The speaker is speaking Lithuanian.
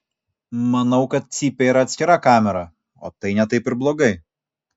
manau kad cypė yra atskira kamera o tai ne taip ir blogai